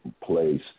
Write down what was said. place